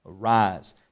arise